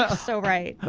ah so right.